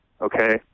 okay